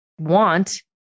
want